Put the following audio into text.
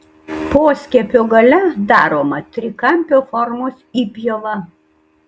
poskiepio gale daroma trikampio formos įpjova